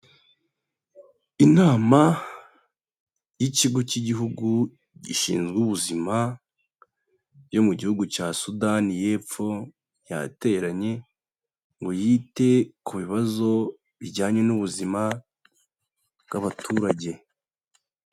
Inama y'Ikigo k'Igihugu gishinzwe Ubuzima yo mu gihugu cya Sudan y'Epfo, yateranye ngo yite ku bibazo bijyanye n'ubuzima bw'abaturage.